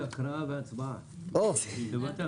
אחד הנושאים